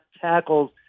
tackles